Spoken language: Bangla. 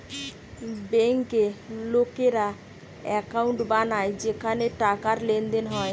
বেঙ্কে লোকেরা একাউন্ট বানায় যেখানে টাকার লেনদেন হয়